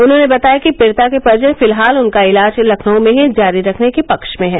उन्होंने बताया कि पीड़िता के परिजन फिलहाल उनका इलाज लखनऊ में ही जारी रखने के पक्ष में है